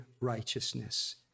righteousness